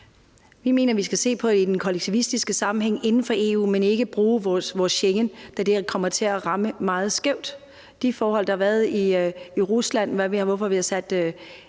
Vi mener, at vi skal se på det i en kollektivistisk sammenhæng inden for EU, men ikke bruge vores Schengen, da det her kommer til at ramme meget skævt. Det grundlag, der har været for at